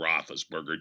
Roethlisberger